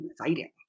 exciting